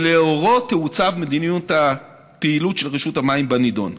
ולאורו תעוצב מדיניות הפעילות של רשות המים בנדון.